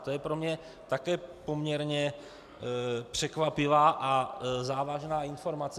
To je pro mě také poměrně překvapivá a závažná informace.